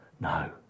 No